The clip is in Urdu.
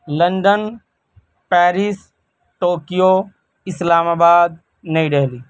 London Paris Tokyo Islamabad Nai Delhi